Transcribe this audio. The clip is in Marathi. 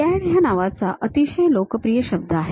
CAD ह्या नावाचा अतिशय लोकप्रिय शब्द आहे